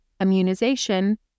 immunization